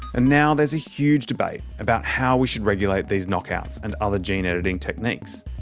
and now there's a huge debate about how we should regulate these knockouts and other gene-editing techniques.